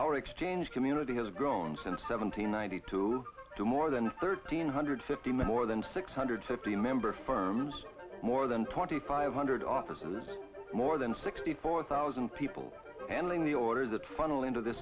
our exchange community has grown since seventeen hundred two to more than thirteen hundred fifty more than six hundred fifty member firms more than twenty five hundred offices more than sixty four thousand people entering the order that funnel into the